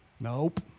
Nope